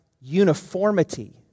uniformity